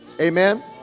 Amen